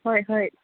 ꯍꯣꯏ ꯍꯣꯏ